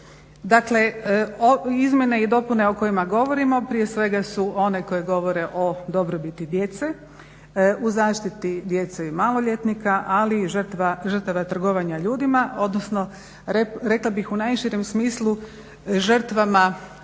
Dakle izmjene i dopune o kojima govorimo prije svega su one koje govore o dobrobiti djece u zaštiti djece i maloljetnika, ali i žrtava trgovanja ljudima, odnosno rekla bih u najširem smislu žrtvama nasilja,